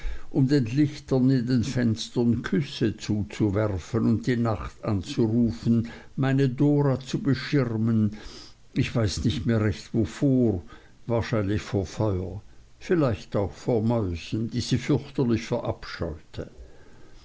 um den lichtern in den fenstern küsse zuzuwerfen und die nacht anzurufen meine dora zu beschirmen ich weiß nicht mehr recht wovor wahrscheinlich vor feuer vielleicht auch vor mäusen die sie fürchterlich